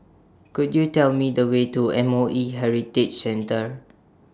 Could YOU Tell Me The Way to M O E Heritage Centre